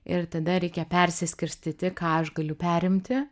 ir tada reikia persiskirstyti ką aš galiu perimti